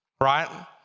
right